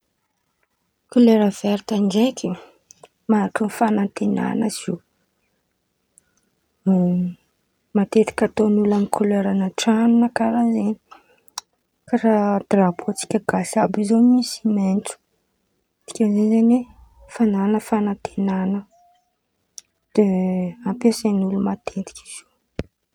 Kolera verta ndraiky mariky ny fananten̈ana izy io. Matetiky ataon̈olo amy koleran̈a tran̈o na karàha zen̈y. Raha drapô antsika Malagasy àby io ziô misy maitso dikan'izeny zen̈y hoe fanan̈ana fananten̈ana, de ampiasan̈'olo matetiky izy io.